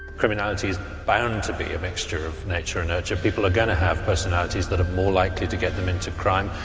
criminality is bound to be a mixture of nature and nurture people are going to have personalities that are more likely to get them into crime,